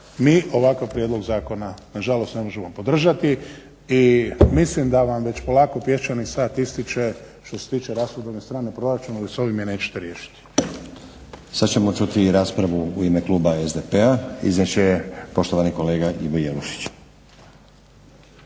mi ovakav prijedlog zakona nažalost ne možemo podržati i mislim da vam polako već pješčani sat ističe što se tiče rashodovne strane proračuna s ovime je nećete riješiti. **Stazić, Nenad (SDP)** Sad ćemo čuti raspravu u ime kluba SDP-a. Iznijet će je poštovani kolega Ivo Jelušić.